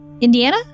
Indiana